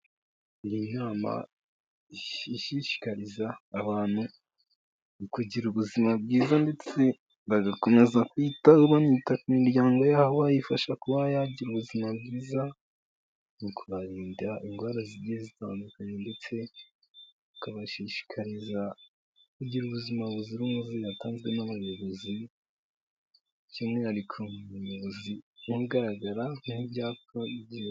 Iyi nama ishishikariza abantu kugira ubuzima bwiza, ndetse bagakomeza imiryango yabo bayifasha kuba yagira ubuzima bwizaza mu kubarinda indwara zi zitandukanye, ndetse akabashishikariza kugira ubuzima buzira umuze. Yatanzwe n'abayobozi by'umwihariko umuyobozi ugaragara kubyapa byinshi.